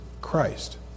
Christ